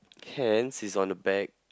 hands is on the back